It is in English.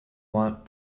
want